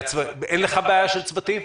אין לכם בעיה של צוותים?